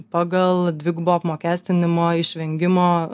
pagal dvigubo apmokestinimo išvengimo